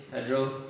pedro